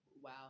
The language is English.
Wow